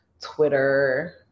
Twitter